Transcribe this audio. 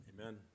Amen